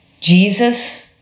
Jesus